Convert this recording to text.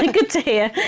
and good to hear.